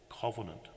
covenant